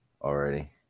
already